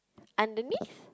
underneath